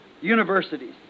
universities